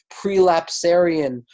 pre-lapsarian